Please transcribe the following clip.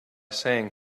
saying